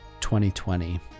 2020